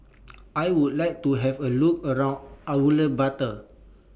I Would like to Have A Look around Ulaanbaatar